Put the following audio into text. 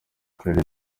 claire